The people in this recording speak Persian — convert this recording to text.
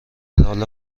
حال